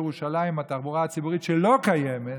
ירושלים בתחבורה הציבורית שלא קיימת,